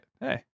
Hey